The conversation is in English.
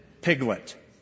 piglet